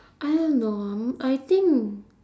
I don't know um I think